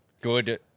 good